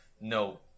no